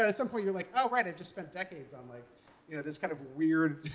and some point you're like, oh, right, i just spent decades on like you know this kind of weird,